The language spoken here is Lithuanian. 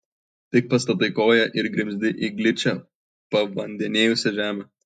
tik pastatai koją ir grimzti į gličią pavandenijusią žemę